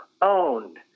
owned